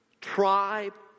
tribe